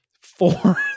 Four